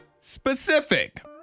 specific